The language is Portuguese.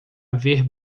ver